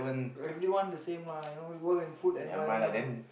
everyone the same lah you know you work in food environment ah